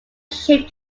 shape